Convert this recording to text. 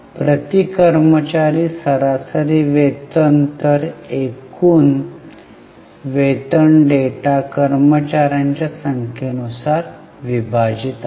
प्रति कर्मचारी सरासरी वेतन तर एकूण वेतन डेटा कर्मचार्यांच्या संख्ये नुसार विभाजित आहे